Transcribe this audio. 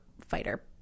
fighter